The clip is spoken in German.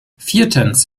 viertens